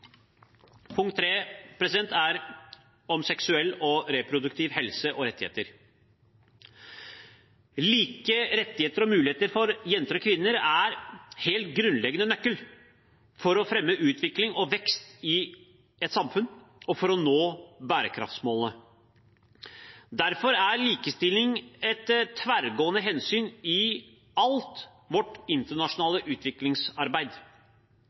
Punkt 3 er seksuell og reproduktiv helse og rettigheter. Like rettigheter og muligheter for jenter og kvinner er en helt grunnleggende nøkkel for å fremme utvikling og vekst i et samfunn og for å nå bærekraftsmålene. Derfor er likestilling et tverrgående hensyn i alt vårt internasjonale utviklingsarbeid.